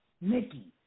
Nikki